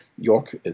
York